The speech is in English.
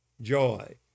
joy